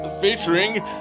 featuring